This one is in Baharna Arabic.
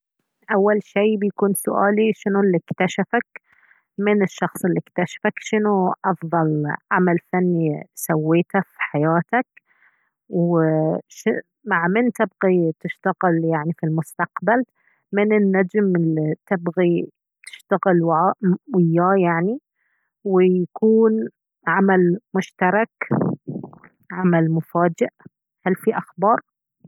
أول شي بيكون سؤالي شنو الي اكتشفك من الشخص الي اكتشفك شنو أفضل عمل فني سويته في حياتك ومع من تبغي تشتغل يعني في المستقبل من النجم اللي تبغي تشتغل وعاه وياه يعني ويكون عمل مشترك عمل مفاجئ هل في أخبار؟